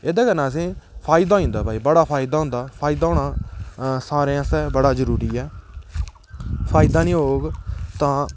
ओह्दे कन्नै असेंगी फायदा होई जंदा बड़ा फायदा होई जंदा फायदा होना सारें बास्तै बड़ा जरूरी ऐ फायदा निं होग तां